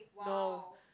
no